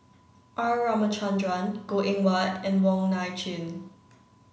R Ramachandran Goh Eng Wah and Wong Nai Chin